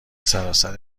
سراسر